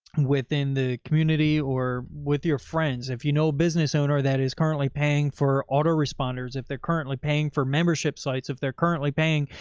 within the community or with your friends, if you know a business owner that is currently paying for auto responders, if they're currently paying for membership sites, if they're currently paying,